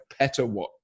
petawatt